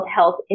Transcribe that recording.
Health